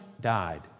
died